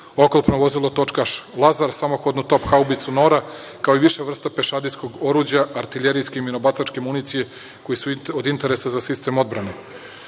oklopno vozilo točkaš „Lazar“, samohodnu top haubicu „Nora“, kao i više vrsta pešadijskog oruđa, artiljerijske i minobacačke municije koji su od interesa za sistem odbrane. Budžet